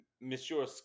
Monsieur